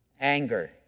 anger